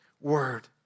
word